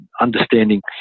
understanding